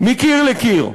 מקיר לקיר,